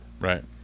Right